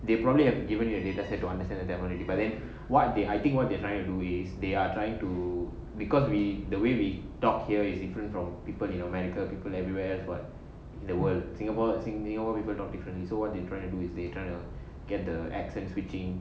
they probably have given you a dataset to understand tamil already but then what I think they are trying to do is they are trying to because we the way we talk here is different from people in america people everywhere what in the world singapore people talk differently so what they trying to do is they trying the accents switching